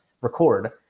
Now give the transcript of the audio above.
record